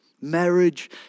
Marriage